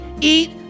eat